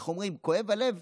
איך אומרים, כואב הלב.